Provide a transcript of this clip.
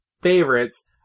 favorites